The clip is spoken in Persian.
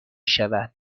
شود